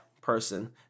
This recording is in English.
person